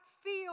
feel